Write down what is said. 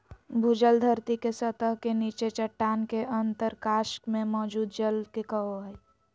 भूजल धरती के सतह के नीचे चट्टान के अंतरकाश में मौजूद जल के कहो हइ